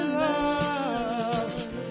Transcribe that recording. love